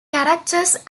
characters